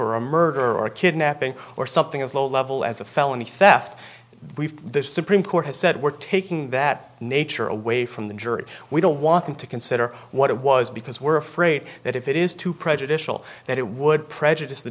or a murder or kidnapping or something as low level as a felony theft the supreme court has said we're taking that nature away from the jury we don't want them to consider what it was because we're afraid that if it is too prejudicial that it would prejudice the